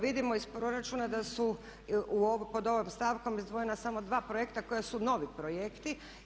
Vidimo iz proračuna da su pod ovom stavkom izdvojena samo dva projekta koji su novi projekti.